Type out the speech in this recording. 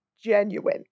genuine